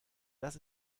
das